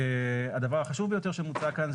והדבר החשוב ביותר שמוצע כאן,